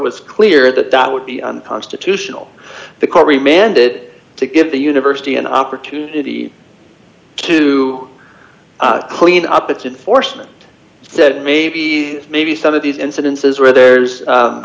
was clear that that would be unconstitutional the kauri mandated to give the university an opportunity to clean up its enforcement said maybe maybe some of these incidences where there's